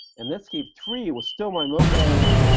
and netscape three was still my mocha engine.